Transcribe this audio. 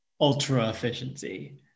ultra-efficiency